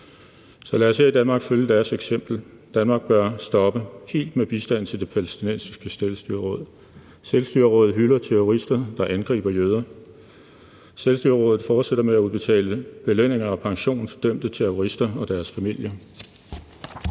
Så lad os her i Danmark følge deres eksempel. Danmark bør stoppe helt med bistand til det palæstinensiske selvstyreråd. Selvstyrerådet hylder terrorister, der angriber jøder. Selvstyrerådet fortsætter med at udbetale belønninger og pension til dømte terrorister og deres familier.